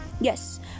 Yes